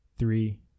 Three